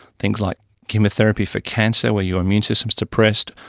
things like chemotherapy for cancer where your immune system is depressed,